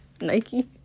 Nike